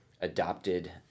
adopted